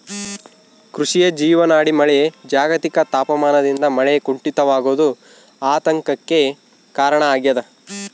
ಕೃಷಿಯ ಜೀವನಾಡಿ ಮಳೆ ಜಾಗತಿಕ ತಾಪಮಾನದಿಂದ ಮಳೆ ಕುಂಠಿತವಾಗೋದು ಆತಂಕಕ್ಕೆ ಕಾರಣ ಆಗ್ಯದ